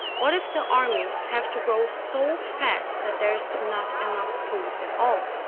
what if the armies have to grow so fast that there is not enough food at all?